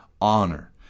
honor